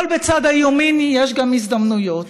אבל בצד האיומים יש גם הזדמנויות.